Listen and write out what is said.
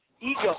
ego